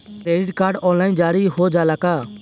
Credit card online जारी हो जाला का?